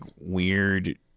weird